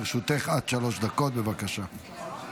לרשותך עד שלוש דקות, בבקשה.